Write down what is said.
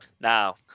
Now